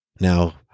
Now